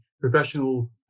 professional